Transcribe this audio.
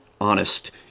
Honest